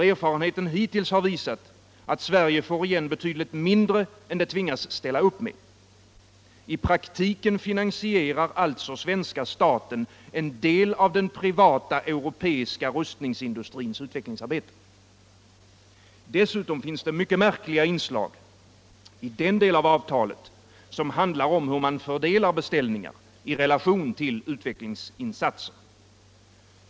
Erfarenheten hittills har visat att Sverige får igen betydligt mindre än det tvingas ställa upp med. I praktiken finansierar alltså svenska staten en del av den privata europeiska rustningsindustrins utvecklingsarbete. Dessutom finns det mycket märkliga inslag i den del av avtalet som handlar om hur man fördelar beställningar i relation till utvecklingsinsatser.